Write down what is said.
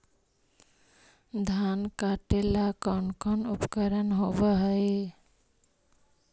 धान काटेला कौन कौन उपकरण होव हइ?